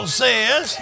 says